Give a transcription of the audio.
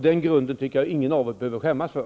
Det tycker jag ingen av oss behöver skämmas för.